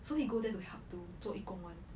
so he go there to help to 做义工 [one]